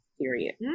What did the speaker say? Period